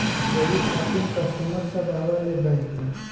यही खातिन कस्टमर सब आवा ले बैंक मे?